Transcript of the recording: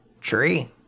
Tree